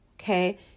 Okay